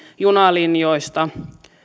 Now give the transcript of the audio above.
junalinjoista